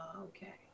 Okay